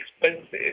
expensive